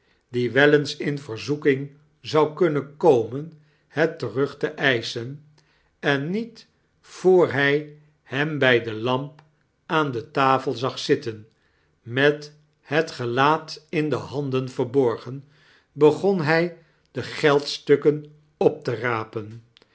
die wel eens in verzoeking zou kunnen komen het terug te eischen en niet voor hij hem bij de lamp aan de tafel zag zitten met het gelaat in de handen verborgen begon hij de geldstukken op terapen